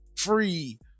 free